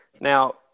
now